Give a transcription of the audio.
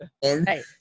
hey